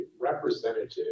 representative